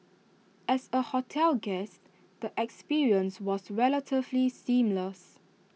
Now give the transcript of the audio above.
as A hotel guest the experience was relatively seamless